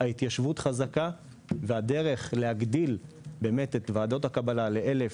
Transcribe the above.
ההתיישבות חזקה והדרך להגדיל את ועדות הקבלה ל-1,000,